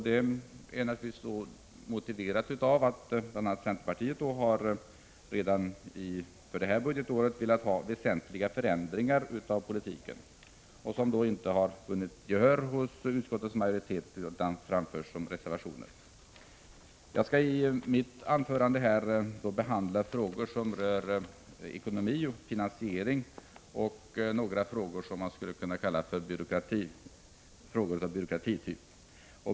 Det beror naturligtvis på att bl.a. centerpartiet har velat ha väsentliga förändringar i politiken redan detta budgetår, vilket dock inte vunnit gehör hos majoriteten, utan måst framföras som reservationer. Jag skall i mitt anförande behandla frågor som rör ekonomi och finansiering samt frågor man skulle kunna säga är av byråkratityp.